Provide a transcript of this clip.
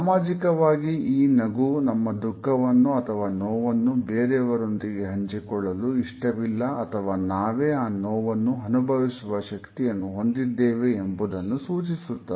ಸಾಮಾಜಿಕವಾಗಿ ಈ ನಗು ನಮ್ಮ ದುಃಖವನ್ನು ಅಥವಾ ನೋವನ್ನು ಬೇರೆಯವರೊಂದಿಗೆ ಹಂಚಿಕೊಳ್ಳಲು ಇಷ್ಟವಿಲ್ಲ ಅಥವಾ ನಾವೇ ಆ ನೋವನ್ನು ಅನುಭವಿಸುವ ಶಕ್ತಿಯನ್ನು ಹೊಂದಿದ್ದೇವೆ ಎಂಬುದನ್ನು ಸೂಚಿಸುತ್ತದೆ